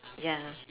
ya